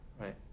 Right